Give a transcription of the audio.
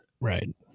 right